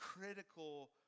critical